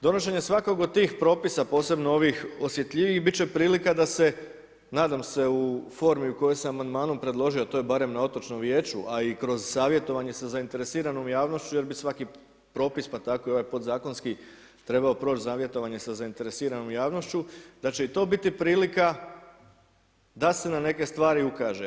Donošenje svakog od tih propisa, posebno onih osjetljivijih, biti će prilika, da se, nadam se u formi koji sam amandmanom predložio, to je barem na otočnom vijeću, a i kroz savjetovanje, sa zainteresiranom javnošću jer bi svaki propis, pa tako i ovaj podzakonski, trebao proći zavjetovanje sa zainteresiranom javnošću, da će i to biti prilika, da se na neke stvari ukaže.